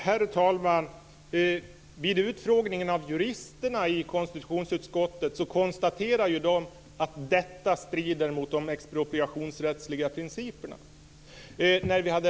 Herr talman! De jurister som deltog i konstitutionsutskottets utfrågning konstaterade ju att detta strider mot de expropriationsrättsliga principerna.